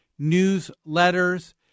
newsletters